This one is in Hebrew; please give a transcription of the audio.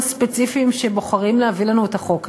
הספציפיים שבוחרים להביא לנו את החוק הזה,